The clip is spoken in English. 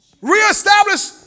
Reestablish